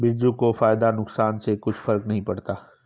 बिरजू को फायदा नुकसान से कुछ फर्क नहीं पड़ता